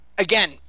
Again